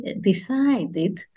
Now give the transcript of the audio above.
decided